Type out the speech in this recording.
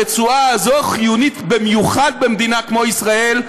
הרצועה הזאת חיונית במיוחד במדינה כמו ישראל,